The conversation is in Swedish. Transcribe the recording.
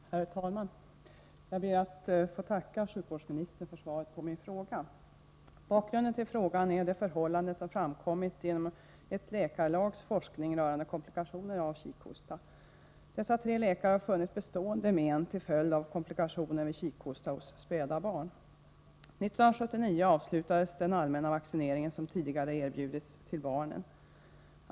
Herr talman! Jag ber att få tacka sjukvårdsministern för svaret på min fråga. Bakgrunden till frågan är det förhållande som framkommit genom ett läkarlags forskning rörande komplikationer av kikhosta. De tre läkarna har funnit bestående men till följd av komplikationer vid kikhosta hos späda barn. År 1979 avslutades den allmänna vaccinering som tidigare erbjudits till barnen.